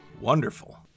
Wonderful